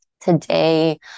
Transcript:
Today